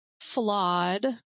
flawed